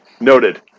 Noted